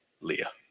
Leah